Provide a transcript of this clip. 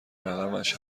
رقمش